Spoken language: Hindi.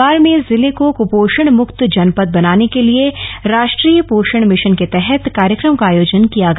हरिद्वार में जिले को कुपोषण मुक्त जनपद बनाने के लिए राष्ट्रीय पोषण मिशन के तहत कार्यक्रम का आयोजन किया गया